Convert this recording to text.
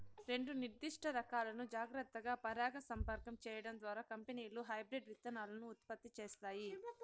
రెండు నిర్దిష్ట రకాలను జాగ్రత్తగా పరాగసంపర్కం చేయడం ద్వారా కంపెనీలు హైబ్రిడ్ విత్తనాలను ఉత్పత్తి చేస్తాయి